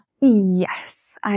Yes